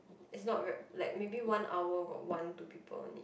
is not very like maybe one hour got one two people only